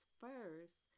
first